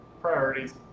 Priorities